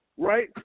right